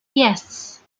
yes